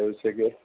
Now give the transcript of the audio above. એવું છે કે